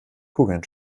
kugeln